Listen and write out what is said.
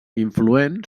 influent